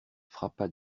frappa